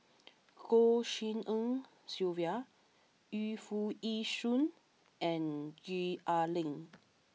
Goh Tshin En Sylvia Yu Foo Yee Shoon and Gwee Ah Leng